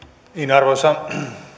arvoisa